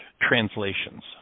translations